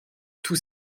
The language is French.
tous